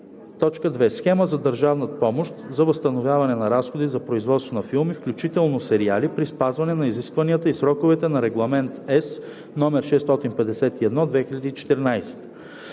т. 2: „2. схема за държавна помощ за възстановяване на разходи за производство на филми, включително сериали, при спазване на изискванията и сроковете на Регламент (ЕС) № 651/2014;“